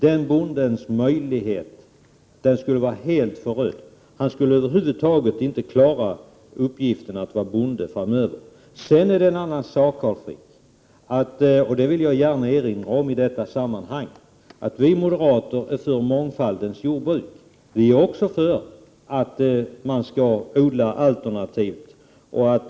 Den bondens gröda skulle vara helt förödd. Han skulle över huvud taget inte framöver klara av uppgiften att vara bonde. Det är sedan en annan sak, Carl Frick, att vi moderater är för en mångfald i jordbruket, vilket jag gärna vill erinra om i detta sammanhang. Vi är också för att man skall ha möjlighet att odla alternativt.